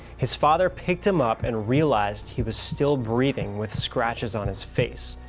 his father picked him up and realized he was still breathing with scratches on his face.